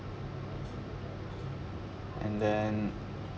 and then